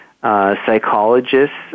psychologists